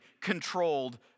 controlled